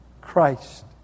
Christ